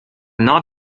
not